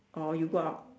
or you go out